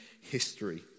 history